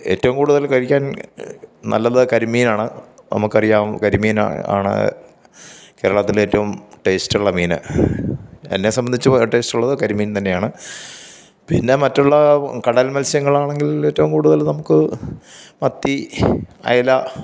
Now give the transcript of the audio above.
ഏറ്റവും കൂടുതല് കഴിക്കാൻ നല്ലത് കരിമീനാണ് നമ്മള്ക്കറിയാം കരിമീൻ ആണ് കേരളത്തിലെ ഏറ്റവും ടേസ്റ്റുള്ള മീന് എന്നെ സംബന്ധിച്ച് ടേസ്റ്റൂള്ളത് കരിമീൻ തന്നെയാണ് പിന്നെ മറ്റുള്ള കടൽ മത്സ്യങ്ങളാണെങ്കിൽ ഏറ്റവും കൂടുതൽ നമുക്ക് മത്തി അയല